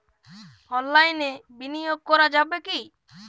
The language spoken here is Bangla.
অনলাইনে বিনিয়োগ করা যাবে কি?